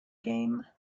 game